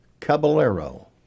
Caballero